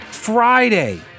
Friday